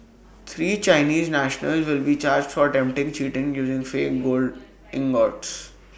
three Chinese nationals will be charged for attempted cheating using fake gold ingots